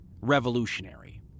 revolutionary